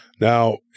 Now